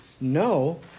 no